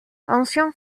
ancien